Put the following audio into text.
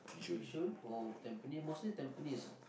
yishun or tampines mostly tampines ah